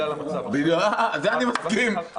לזה אני מסכים.